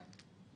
כן.